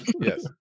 Yes